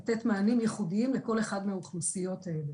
אנחנו רוצים לתת מענים לכל אחת מהאוכלוסיות האלה.